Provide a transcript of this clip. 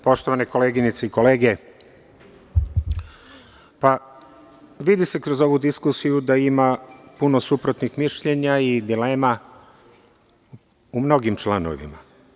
Poštovane koleginice i kolege, vidi se kroz ovu diskusiju da i ma puno suprotnih mišljenja i dilema u mnogim članovima.